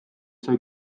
sai